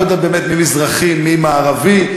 לא יודע באמת מי מזרחי ומי מערבי,